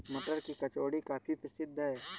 मटर की कचौड़ी काफी प्रसिद्ध है